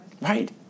Right